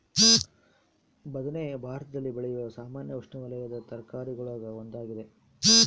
ಬದನೆ ಭಾರತದಲ್ಲಿ ಬೆಳೆಯುವ ಸಾಮಾನ್ಯ ಉಷ್ಣವಲಯದ ತರಕಾರಿಗುಳಾಗ ಒಂದಾಗಿದೆ